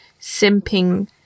simping